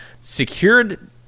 secured